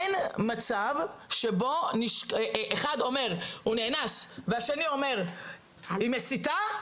אין מצב שבו אחד אומר שהילד נאנס והשני אומר שמדובר בהסתה,